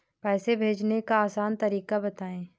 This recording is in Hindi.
पैसे भेजने का आसान तरीका बताए?